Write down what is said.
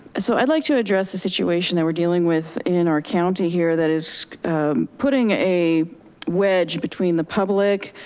so i'd like to address the situation that we're dealing with in our county here. that is putting a wedge between the public,